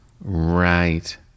right